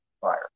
fire